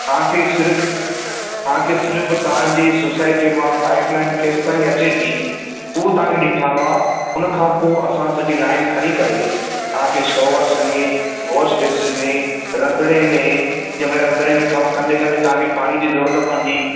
तांखे सिर्फ तांखे सिर्फ तांजी सोसाइटीअ मां पाइप लाइन केसि ताईं अचे थी उहो तांखे ॾेखारणो उन खां पो असां सॼी लाइन खणी खणी करे तांखे शॉवर्स में वाशबेसिन में रंधणे में जैंमें रंधणे में कमु कंदे कंदे तांखे पाणी जी ज़रूरत पवंदी